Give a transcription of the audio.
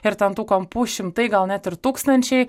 ir ten tų kampų šimtai gal net ir tūkstančiai